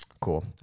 cool